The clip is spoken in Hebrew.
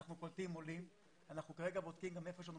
אנחנו קולטים עולים במקומות שהם פנויים.